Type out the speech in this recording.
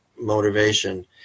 motivation